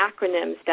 acronyms